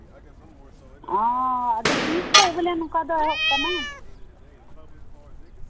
ᱚ ᱟᱫᱚ ᱛᱤᱥ ᱠᱷᱚᱱ ᱵᱚᱞᱮ ᱱᱚᱝᱠᱟ ᱫᱚ ᱮᱛᱚᱦᱚᱵ ᱟᱠᱟᱱᱟ